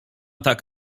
tak